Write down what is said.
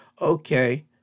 okay